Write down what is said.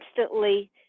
instantly